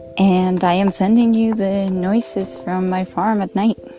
and i am sending you the noises from my farm at night.